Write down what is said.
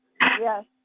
Yes